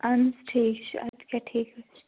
اہن حظ ٹھیٖک چھُ اَدٕ کیٛاہ ٹھیٖک حظ چھُ